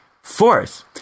Fourth